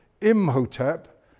Imhotep